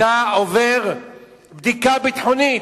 אתה עובר בדיקה ביטחונית.